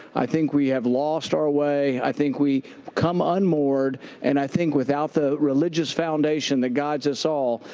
i think we have lost our way. i think we become unmoored and i think without the religious foundation that guides us all,